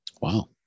Wow